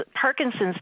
Parkinson's